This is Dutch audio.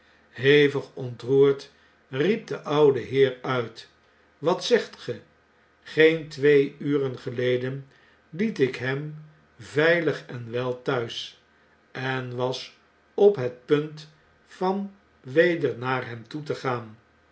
hevig ontroerd riep de oude heer uit wat zegt ge geen twee uren geleden liet ik hem veilig en wel thuis en was op het punt van weder naar hem toe te gaan